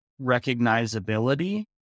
recognizability